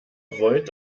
wollt